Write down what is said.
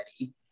ready